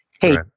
hey